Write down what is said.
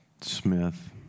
Smith